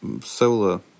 solar